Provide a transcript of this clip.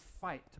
fight